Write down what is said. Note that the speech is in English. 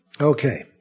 okay